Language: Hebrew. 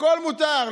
הכול מותר.